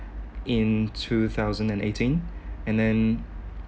in two thousand and eighteen and then